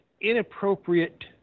Inappropriate